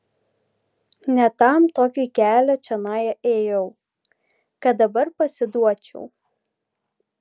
ne tam tokį kelią čionai ėjau kad dabar pasiduočiau